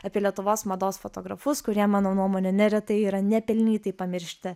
apie lietuvos mados fotografus kurie mano nuomone neretai yra nepelnytai pamiršti